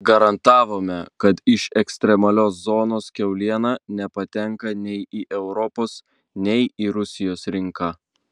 garantavome kad iš ekstremalios zonos kiauliena nepatenka nei į europos nei į rusijos rinką